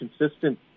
consistent